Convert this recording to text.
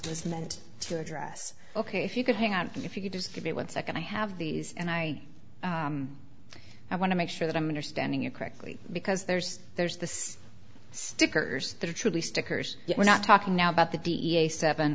was meant to address ok if you could hang on if you could just give me one second i have these and i i want to make sure that i'm understanding you correctly because there's there's this stickers that are truly stickers we're not talking now about the d e a seven